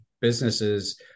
businesses